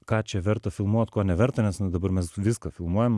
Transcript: ką čia verta filmuot ko neverta nes dabar mes viską filmuojam